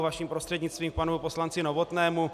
Vaším prostřednictvím k panu poslanci Novotnému.